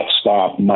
stop